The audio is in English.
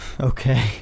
Okay